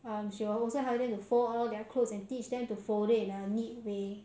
um she will also help them to fold all their clothes and teach them to fold it in a neat way